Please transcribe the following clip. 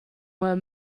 were